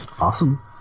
Awesome